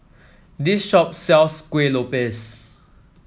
this shop sells Kueh Lopes